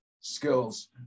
skills